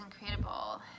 incredible